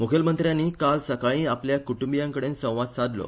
मुखेलमंत्र्यांनी आयज सकाळी आपल्या कुटुंबियांकडेन संवाद सादलो